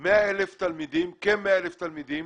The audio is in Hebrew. כ-100,000 תלמידים